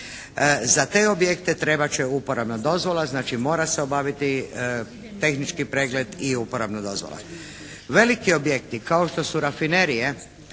Za te objekte trebat će uporabna dozvola, znači mora se obaviti tehnički pregled i uporabna dozvola. Veliki objekti kao što su rafinerije,